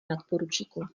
nadporučíku